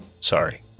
Sorry